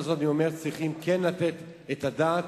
צריך לתת על זה את הדעת,